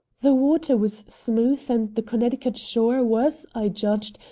the water was smooth, and the connecticut shore was, i judged,